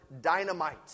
dynamite